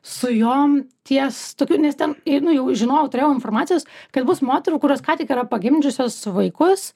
su jom ties tokiu nes ten einu jau žinojau turėjau informacijos kad bus moterų kurios ką tik yra pagimdžiusios vaikus